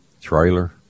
Trailer